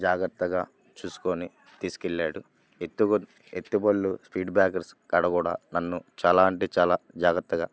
జాగ్రత్తగా చూసుకొని తీసుకెళ్ళాడు ఎత్తుకు ఎత్తుబళ్ళు స్పీడ్ బ్రేకర్స్ కాడ కూడా నన్ను చాలా అంటే చాలా జాగ్రత్తగా